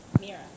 Mira